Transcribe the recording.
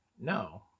No